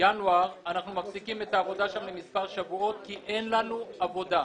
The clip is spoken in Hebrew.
ינואר אנחנו מפסיקים את העבודה שם למספר שבועות כי אין לנו עבודה.